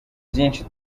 byinshi